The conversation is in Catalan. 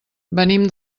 venim